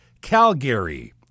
Calgary